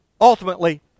ultimately